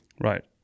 Right